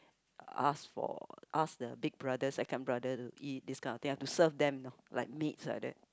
ask for ask the big brother second brother to eat this kind of thing have to serve them you know like maids like that